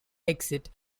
exit